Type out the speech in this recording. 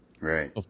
Right